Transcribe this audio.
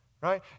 right